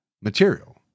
material